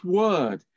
word